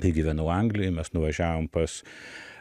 kai gyvenau anglijoj mes nuvažiavom pas